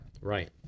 Right